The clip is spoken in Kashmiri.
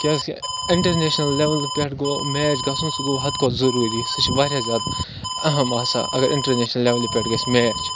کیٛازِکہِ اِنٹَرنیشنَل لٮ۪وَل پٮ۪ٹھ گوٚو میچ گژھُن سُہ گوٚو حَدٕ کھۄتہٕ ضٔروٗری سُہ چھِ واریاہ زیادٕ اہم آسان اگر اِنٹَرنیشنَل لٮ۪ولہِ پٮ۪ٹھ گژھِ میچ